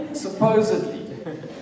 supposedly